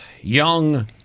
young